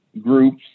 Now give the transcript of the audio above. groups